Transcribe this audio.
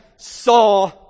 saw